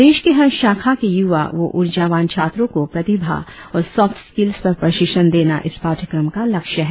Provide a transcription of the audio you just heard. प्रदेश के हर शाखा के य्वा व ऊर्जावान छात्रों को प्रतिभा और सॉफ्ट स्कील्स पर प्रशिक्षन देना इस पाठ्यक्रम का लक्ष्य है